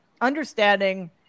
understanding